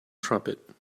trumpet